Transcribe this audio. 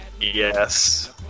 Yes